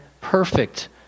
perfect